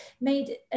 made